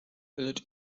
lecz